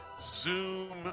zoom